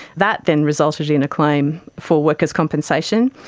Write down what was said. that then resulted in a claim for workers compensation.